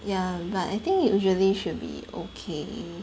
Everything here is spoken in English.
ya but I think usually should be okay